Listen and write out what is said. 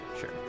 sure